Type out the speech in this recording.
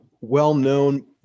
well-known